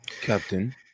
Captain